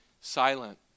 silent